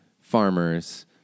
farmers